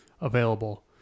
available